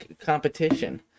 competition